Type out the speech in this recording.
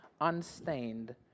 unstained